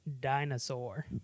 Dinosaur